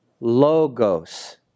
logos